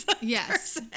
yes